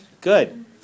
Good